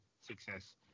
success